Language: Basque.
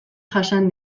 jasan